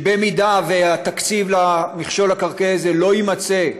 שאם התקציב למכשול הקרקעי הזה לא יימצא,